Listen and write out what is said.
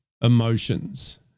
emotions